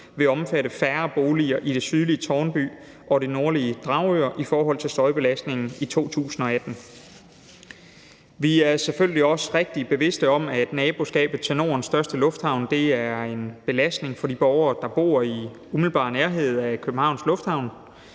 vil omfatte færre boliger i det sydlige Tårnby og det nordlige Dragør i forhold til støjbelastningen i 2018. Vi er selvfølgelig også rigtig bevidste om, at naboskabet til Nordens største lufthavn er en belastning for de borgere, der bor i umiddelbar nærhed af Københavns Lufthavn.